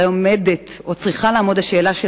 הרי עומדת או צריכה לעמוד השאלה של